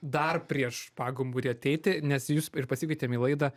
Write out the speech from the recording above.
dar prieš pagumburį ateiti nes jūs ir pasikvietėm į laidą